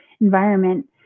environment